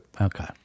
Okay